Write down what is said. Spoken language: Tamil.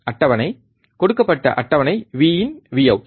அட்டவணை கொடுக்கப்பட்ட அட்டவணை Vin Vout